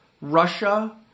Russia